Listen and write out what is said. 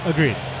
Agreed